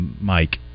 Mike